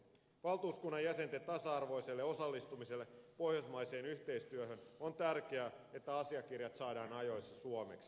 valtuuskunnan jäsenten tasa arvoiselle osallistumiselle pohjoismaiseen yhteistyöhön on tärkeää että asiakirjat saadaan ajoissa suomeksi